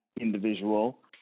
individual